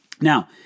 Now